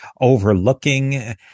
overlooking